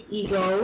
ego